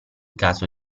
caso